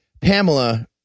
Pamela